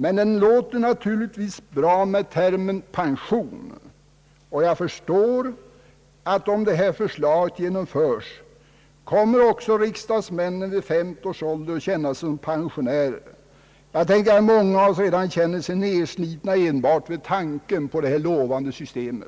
Men det låter naturligtvis bra med termen pension, och jag förstår, om detta förslag genomföres, att riksdagsmännen vid 50 års ålder kommer att känna sig som pensionärer. Många kanske redan känner sig nerslitna redan vid tanken på detta 1ovande system!